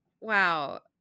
wow